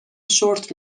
شرت